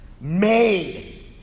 Made